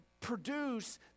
produce